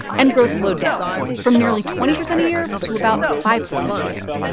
and growth slowed down, from nearly twenty percent a year to about five percent a year.